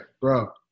bro